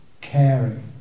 caring